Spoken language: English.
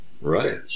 Right